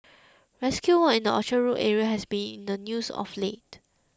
rescue work in the Orchard Road area has been in the news of late